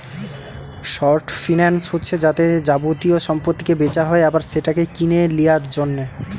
short finance হচ্ছে যাতে যাবতীয় সম্পত্তিকে বেচা হয় আবার সেটাকে কিনে লিয়ার জন্যে